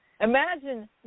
Imagine